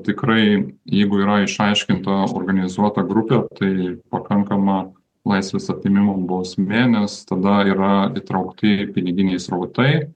tikrai jeigu yra išaiškinta organizuota grupė tai pakankama laisvės atėmimo bausmė nes tada yra įtraukti piniginiai srautai